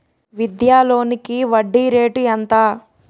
విద్యా లోనికి వడ్డీ రేటు ఎంత?